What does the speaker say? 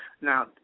Now